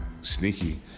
sneaky